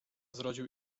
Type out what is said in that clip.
zrodził